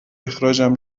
اخراجم